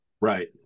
Right